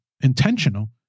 intentional